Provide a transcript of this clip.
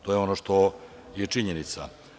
To je ono što je činjenica.